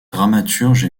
dramaturge